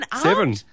Seven